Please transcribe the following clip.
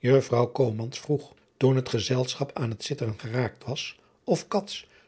uffrouw vroeg toen het gezelschap aan het zitten geraakt was of